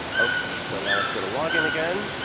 okay, so now let's go to log-in again.